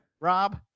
Rob